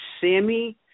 Sammy